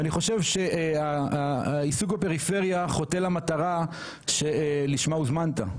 אני חושב שהעיסוק בפריפריה חוטא למטרה לשמה הוזמנת.